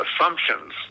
assumptions